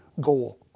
goal